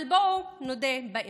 אבל בואו נודה באמת: